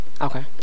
Okay